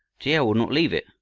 g. l. would not leave it,